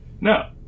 No